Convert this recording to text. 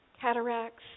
cataracts